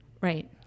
Right